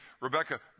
Rebecca